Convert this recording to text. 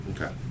Okay